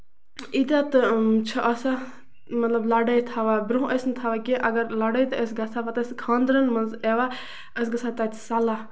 ییٚتیتھ تہِ چھِ آسان مطلب لَڑٲے تھاوان برونہہ ٲسۍ نہٕ تھاوان کیٚنہہ اَگر لڑٲے ٲس گژھان پَتہٕ ٲسۍ نہٕ خانرَن منٛز یِوان ٲسۍ گژھان تَتہِ سَلہہ